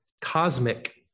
cosmic